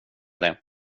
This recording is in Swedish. det